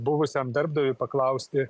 buvusiam darbdaviui paklausti